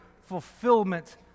fulfillment